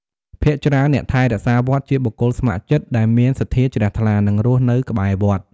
ភាគច្រើន អ្នកថែរក្សាវត្តជាបុគ្គលស្ម័គ្រចិត្ត ដែលមានសទ្ធាជ្រះថ្លា និងរស់នៅក្បែរវត្ត។